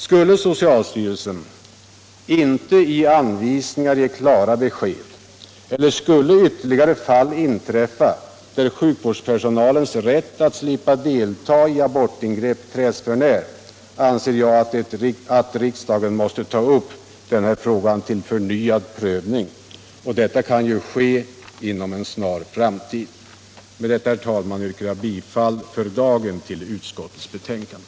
Skulle socialstyrelsen i sina anvisningar inte kunna ge klara besked eller skulle ytterligare fall inträffa, där sjukvårdspersonalens rätt att slippa delta i abortingrepp träds för när, anser jag att riksdagen måste ta upp denna fråga till förnyad prövning. Det kan ske inom en snar framtid. Med detta, herr talman, yrkar jag för dagen bifall till utskottets hemställan.